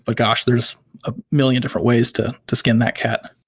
but gosh, there's a million different ways to to skin that cat.